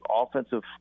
offensive